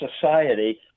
society